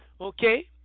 okay